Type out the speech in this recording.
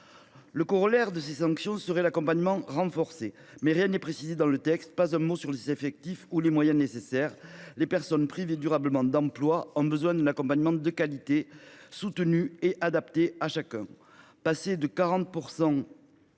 Le corollaire de ces sanctions serait l’accompagnement renforcé ; mais rien n’est précisé dans le texte. Pas un mot sur les effectifs ou les moyens nécessaires. Les personnes privées durablement d’emploi ont besoin d’un accompagnement de qualité, soutenu et adapté à chacun.